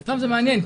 זה מעניין,